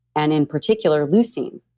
and in particular leucine.